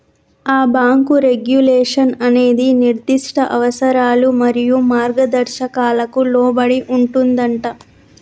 ఆ bank regulation అనేది నిర్దిష్ట అవసరాలు మరియు మార్గదర్శకాలకు లోబడి ఉంటుందంటా